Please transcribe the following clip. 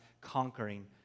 conquering